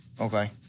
Okay